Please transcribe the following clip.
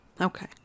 Okay